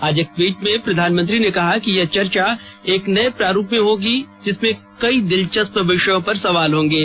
आज एक ट्वीट में प्रधानमंत्री ने कहा कि यह चर्चा एक नए प्रारूप में होगी जिसमें कई दिलचस्प विषयों पर सवाल होंगे